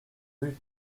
rue